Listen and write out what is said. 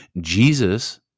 Jesus